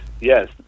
yes